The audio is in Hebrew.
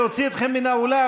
להוציא אתכם מהאולם?